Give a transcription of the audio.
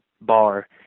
bar